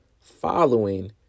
following